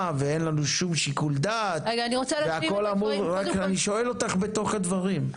ואין לנו שום שיקול דעת אני שואל אותך בתוך הדברים,